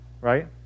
right